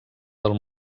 del